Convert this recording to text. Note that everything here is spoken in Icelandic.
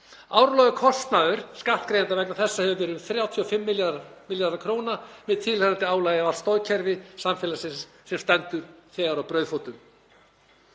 Árlegur kostnaður skattgreiðenda vegna þessa hefur verið um 35 milljarðar króna með tilheyrandi álagi á allt stoðkerfi samfélagsins sem stendur þegar á brauðfótum.